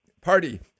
party